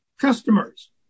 Customers